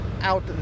out